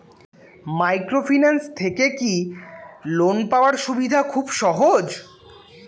Microfinance থেকে কি loan পাওয়ার সুবিধা খুব সহজ?